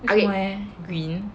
为什么 eh green